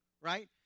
right